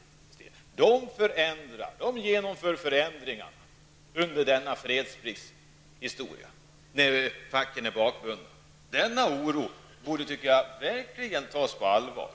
De genomför i stället förändringar under denna period av fredsplikt, då facken är bakbundna. Den oro som människor känner i det avseendet borde verkligen tas på allvar.